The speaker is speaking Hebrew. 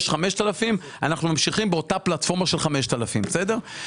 יש 5,000 שקלים ואנחנו ממשיכים באותה פלטפורמה של 5,000 שקלים.